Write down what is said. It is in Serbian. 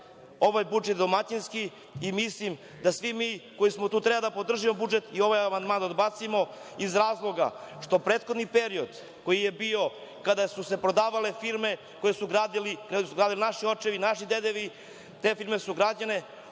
Ovo je budžet domaćinski i mislim da svi mi koji smo tu treba da podržimo budžet i ovaj amandman da odbacimo iz razloga što prethodni period koji je bio kada su se prodavale firme koje su gradili naši očevi, naši dedovi, te firme su prodate